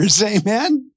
amen